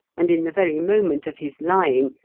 and in the very moment of his lying,